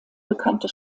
bekannte